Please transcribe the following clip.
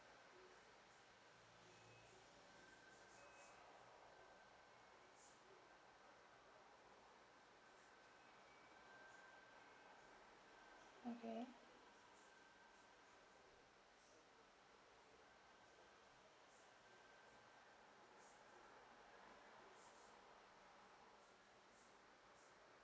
okay